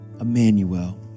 Emmanuel